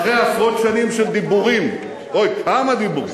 אחרי עשרות שנים של דיבורים, אוי, כמה דיבורים,